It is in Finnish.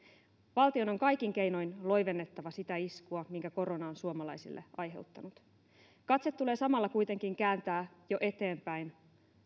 valtion on kaikin keinoin loivennettava sitä iskua minkä korona on suomalaisille aiheuttanut katse tulee samalla kuitenkin kääntää jo eteenpäin